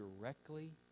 directly